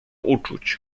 uczuć